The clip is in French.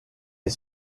est